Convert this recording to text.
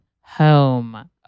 home